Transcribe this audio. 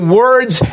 words